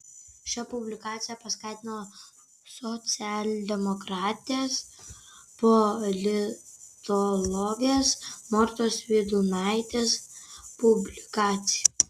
šią publikaciją paskatino socialdemokratės politologės mortos vydūnaitės publikacija